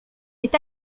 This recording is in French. est